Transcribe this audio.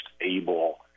able